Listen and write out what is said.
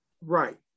right